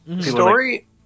Story